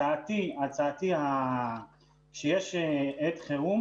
הצעתי שכשיש עת חירום,